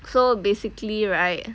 so basically right